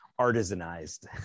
artisanized